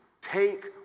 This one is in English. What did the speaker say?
take